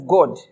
God